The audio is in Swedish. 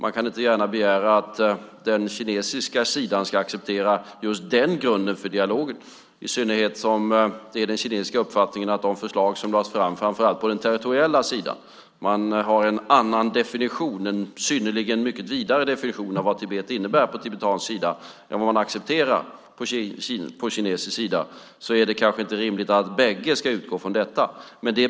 Man kan inte gärna begära att den kinesiska sidan ska acceptera just den grunden för dialogen i synnerhet som den kinesiska uppfattningen inte överensstämmer med de förslag som lades fram, framför allt på den territoriella sidan. På tibetansk sida har man en annan definition - en mycket vidare definition - av vad Tibet innebär än vad man accepterar på kinesisk sida. Därför är det kanske inte rimligt att bägge ska utgå från det.